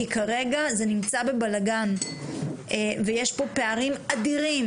כי כרגע זה נמצא בבלגן ויש פה פערים אדירים